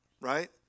right